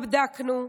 בדקנו,